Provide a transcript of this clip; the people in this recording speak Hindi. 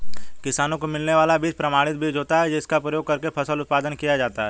किसानों को मिलने वाला बीज प्रमाणित बीज होता है जिसका प्रयोग करके फसल उत्पादन किया जाता है